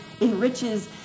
enriches